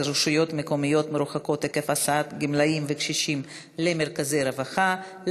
רשויות מקומיות מרוחקות עקב הסעות גמלאים וקשישים למרכזי רווחה,